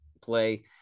play